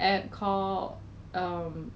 but then I thought it won't wouldn't